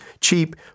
cheap